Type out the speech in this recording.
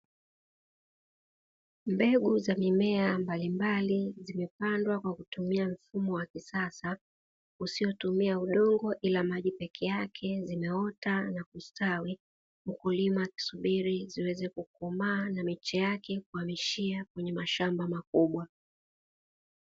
Mbegu za mimea mbalimbali zimepandwa, kwa kutumia mfumo wa kisasa ya usio tumia udongo ila maji pekee yake zimeota na kustawi, mkulima akisubiria ziweze kukomaa na kuhamishia kwenye mashamba makubwa.